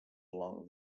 along